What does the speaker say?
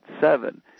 seven